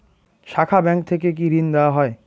শাখা ব্যাংক থেকে কি ঋণ দেওয়া হয়?